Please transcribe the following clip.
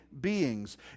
beings